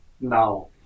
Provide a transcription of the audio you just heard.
now